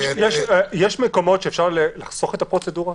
יש מקומות שאפשר לחסוך את הפרוצדורה?